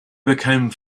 became